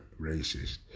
racist